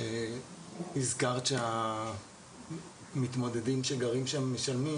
שהזכרת שהמתמודדים שגרים שם משלמים